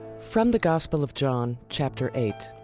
from the gospel of john, chapter eight.